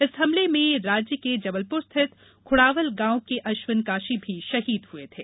इस हमले में राज्य के जबलपुर स्थित खुड़ावल गांव के अश्विन काशी भी शहीद हुए थे